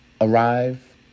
arrive